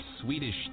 Swedish